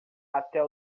até